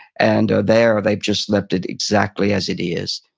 and there they just left it exactly as it is,